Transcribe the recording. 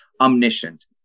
omniscient